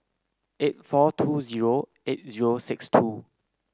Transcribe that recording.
eight four two zero eight zero six two